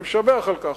ואני משבח על כך,